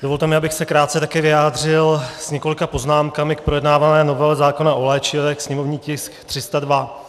Dovolte mi, abych se také krátce vyjádřil s několika poznámkami k projednávané novele zákona o léčivech, sněmovní tisk 302.